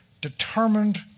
determined